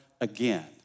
again